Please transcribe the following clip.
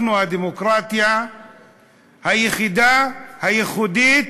אנחנו הדמוקרטיה היחידה, הייחודית,